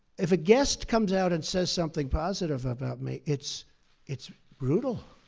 if a guest comes out and says something positive about me, it's it's brutal.